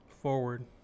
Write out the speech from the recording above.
forward